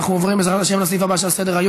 אנחנו עוברים, בעזרת השם, לסעיף הבא שעל סדר-היום,